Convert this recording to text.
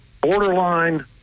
borderline